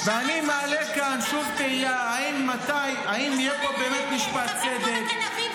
--- אני מעלה כאן שוב תהייה: האם יהיה פה באמת משפט צדק.